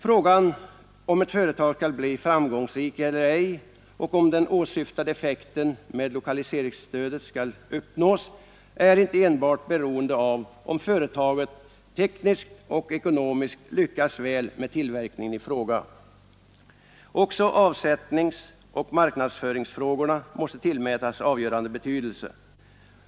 Frågan om ett företag skall bli framgångsrikt eller ej och om den åsyftade effekten med lokaliseringsstödet skall uppnås är inte enbart beroende av om företaget tekniskt och ekonomiskt lyckas väl med tillverkningen i fråga. Också avsättningsoch marknadsföringsfrågorna måste tillmätas avgörande betydelse.